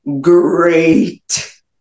great